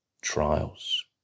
trials